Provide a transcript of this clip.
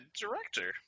director